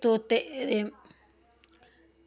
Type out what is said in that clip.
धोते